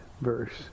verse